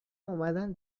اومدن